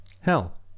hell